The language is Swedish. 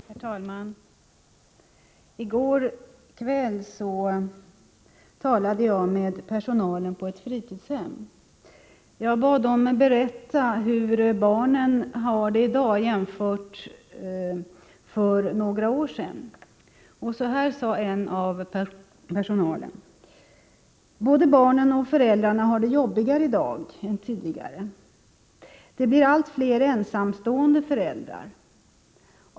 Herr talman! I går kväll talade jag med personalen på ett fritidshem. Jag bad dem berätta hur barnen har det i dag jämfört med hur det var för några år sedan. Så här sade en av dem: Både barnen och föräldrarna har det jobbigare i dag än tidigare. Det blir allt fler ensamstående föräldrar.